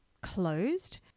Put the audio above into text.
closed